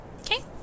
Okay